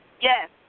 Yes